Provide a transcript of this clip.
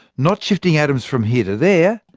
not shifting atoms from here to there,